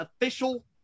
official